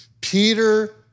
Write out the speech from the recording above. Peter